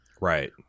Right